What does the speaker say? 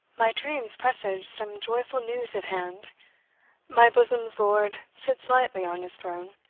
my dreams presage some joyful news at hand my bosom's lord sits lightly on his throne,